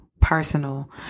personal